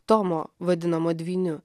tomo vadinamo dvyniu